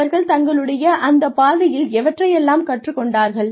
அவர்கள் தங்களுடைய அந்த பாதையில் எவற்றை எல்லாம் கற்றுக்கொண்டார்கள்